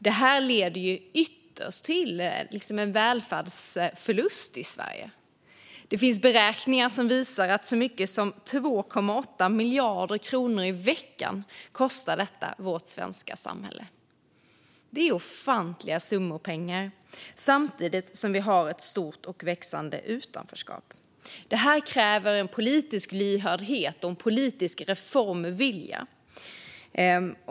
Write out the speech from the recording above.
Det här leder ytterst till en välfärdsförlust i Sverige. Det finns beräkningar som visar att detta kostar vårt svenska samhälle så mycket som 2,8 miljarder kronor i veckan. Det är ofantliga summor pengar, samtidigt som vi har ett stort och växande utanförskap. Det här kräver en politisk lyhördhet och en politisk reformvilja.